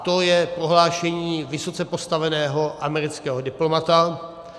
To je prohlášení vysoce postaveného amerického diplomata.